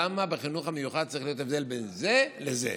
למה בחינוך המיוחד צריך להיות הבדל בין זה לבין זה?